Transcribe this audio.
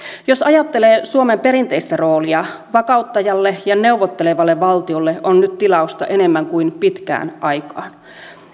jos ajattelee suomen perinteistä roolia vakauttajalle ja neuvottelevalle valtiolle on nyt tilausta enemmän kuin pitkään aikaan